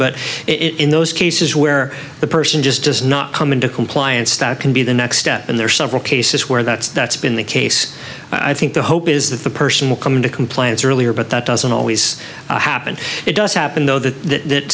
it in those cases where the person just does not come into compliance that can be the next step and there are several cases where that's that's been the case i think the hope is that the person will come into compliance earlier but that doesn't always happen it does happen though that